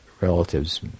relatives